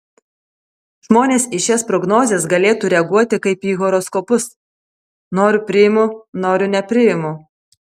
žmonės į šias prognozes galėtų reaguoti kaip į horoskopus noriu priimu noriu nepriimu